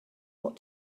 what